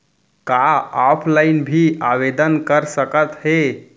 का ऑफलाइन भी आवदेन कर सकत हे?